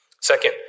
Second